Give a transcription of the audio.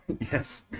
yes